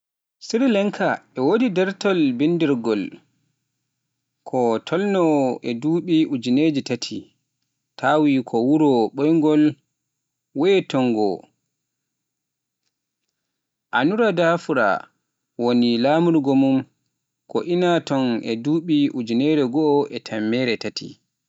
Sri Lanka ewodi daartol binndaangol ko tolnoo e duuɓi ujineji tati, tawi ko wuro ɓooyngo wiyeteengo Anuradhapura woni laamorgo mum ko ina tolnoo e duuɓi ujindere goo e tammere tati.